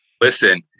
Listen